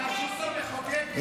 --- הרשות המחוקקת.